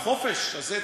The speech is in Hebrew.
החופש הזה,